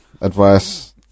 Advice